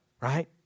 Right